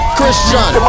Christian